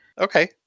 Okay